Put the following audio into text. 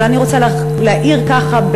אבל אני רוצה להאיר ככה,